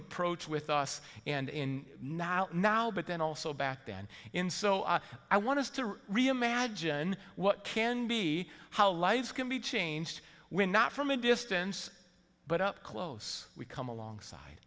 approach with us and in not now but then also back then in so i want to reimagine what can be how lives can be changed when not from a distance but up close we come alongside